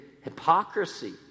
hypocrisy